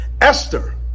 Esther